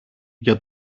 για